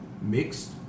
mixed